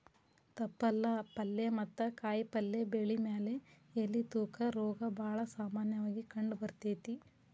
ತಪ್ಪಲ ಪಲ್ಲೆ ಮತ್ತ ಕಾಯಪಲ್ಲೆ ಬೆಳಿ ಮ್ಯಾಲೆ ಎಲಿ ತೂತ ರೋಗ ಬಾಳ ಸಾಮನ್ಯವಾಗಿ ಕಂಡಬರ್ತೇತಿ